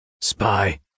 Spy